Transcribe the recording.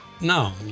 No